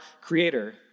Creator